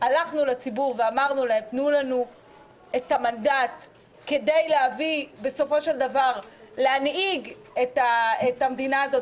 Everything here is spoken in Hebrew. הלכנו לציבור ואמרנו להם: תנו לנו את המנדט כדי להנהיג את המדינה הזאת,